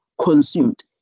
consumed